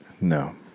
No